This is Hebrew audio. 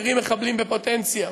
אחרים מחבלים בפוטנציה.